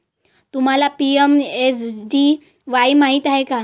तुम्हाला पी.एम.जे.डी.वाई माहित आहे का?